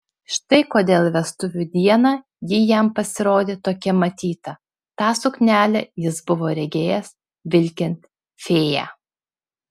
štai kodėl vestuvių dieną ji jam pasirodė tokia matyta tą suknelę jis buvo regėjęs vilkint fėją